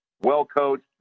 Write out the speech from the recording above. well-coached